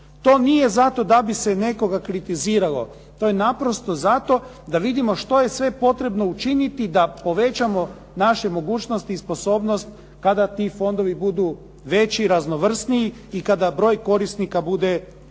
To nije zato da bi se nekoga kritiziralo. To je naprosto zato da vidimo što je sve potrebno učiniti da povećamo naše mogućnosti i sposobnost kada ti fondovi budu veći i raznovrsniji i kada broj korisnika bude veći